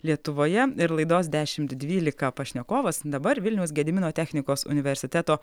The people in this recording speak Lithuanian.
lietuvoje ir laidos dešimt dvylika pašnekovas dabar vilniaus gedimino technikos universiteto